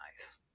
nice